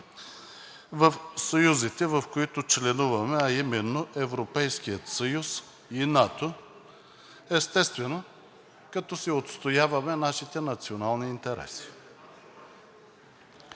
в съюзите, в които членуваме, а именно – Европейския съюз и НАТО, естествено, като си отстояваме нашите национални интереси.